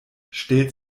stellt